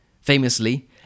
Famously